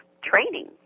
training